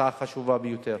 הצעה חשובה ביותר.